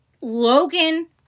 Logan